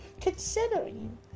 considering